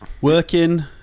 working